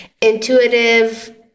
intuitive